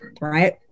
right